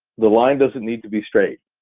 the line doesn't need to be straight.